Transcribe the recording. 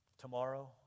Tomorrow